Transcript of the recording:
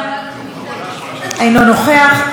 אינו נוכח,